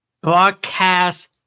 broadcast